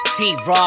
T-Raw